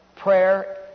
prayer